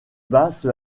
basse